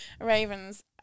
ravens